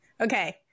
Okay